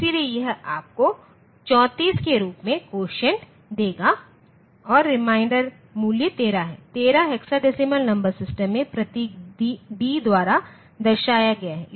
इसलिए यह आपको 34 के रूप में कोसिएंट देगा और रिमाइंडर मूल्य 13 हैं 13 हेक्साडेसिमल नंबर सिस्टम में प्रतीक D द्वारा दर्शाया गया है